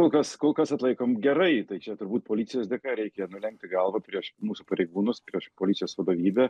kol kas kol kas atlaikom gerai tai čia turbūt policijos dėka reikia nulenkti galvą prieš mūsų pareigūnus prieš policijos vadovybę